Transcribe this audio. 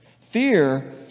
Fear